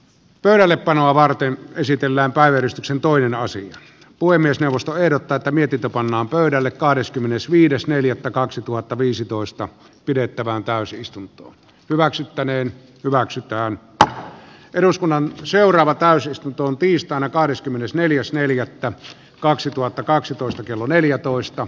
pöydällepanoa varten esitellään päivystyksen toinen asia puhemiesneuvosto ehdottaatä mietitä pannaan pöydälle kahdeskymmenesviides neljättä kaksituhattaviisitoista pidettävään täysistunto hyväksyttäneen hyväksytään että eduskunnan seuraava täysistuntoon tiistaina kahdeskymmenesneljäs neljättä kaksituhattakaksitoista kello neljätoista